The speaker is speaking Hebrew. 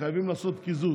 שחייבים לעשות קיזוז.